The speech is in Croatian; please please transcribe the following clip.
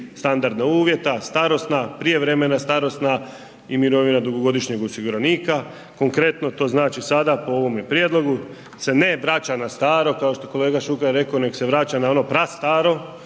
standardna uvjeta, starosna, prijevremena starosna i mirovina dugogodišnjeg osiguranika. Konkretno to znači sada po ovome prijedlog se ne vraća na staro kao što je kolega Šuker rekao nego se vraća na ono prastaro